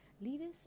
leaders